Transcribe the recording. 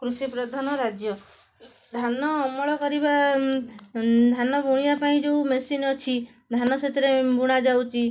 କୃଷି ପ୍ରଧାନ ରାଜ୍ୟ ଧାନ ଅମଳ କରିବା ଧାନ ରୋଇବା ପାଇଁ ଯେଉଁ ମେସିନ୍ ଅଛି ଧାନ ସେଥିରେ ବୁଣା ଯାଉଛି